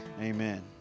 Amen